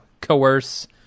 coerce